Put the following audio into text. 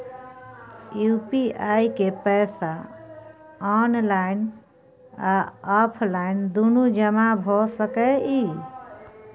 UPI के पैसा online आ ऑफलाइन दुनू जमा भ सकै इ?